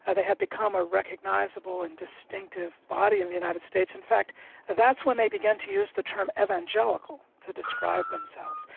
ah they had become a recognisable and distinctive body in the united states. in fact that's when they began to use the term evangelical to describe themselves.